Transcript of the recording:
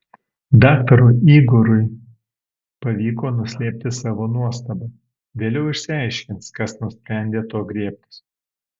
daktarui igorui pavyko nuslėpti savo nuostabą vėliau išsiaiškins kas nusprendė to griebtis